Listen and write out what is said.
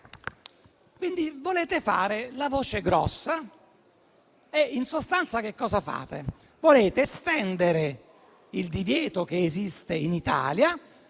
Volete fare la voce grossa e in sostanza che cosa fate? Volete estendere il divieto che esiste in Italia